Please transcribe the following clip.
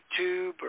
YouTube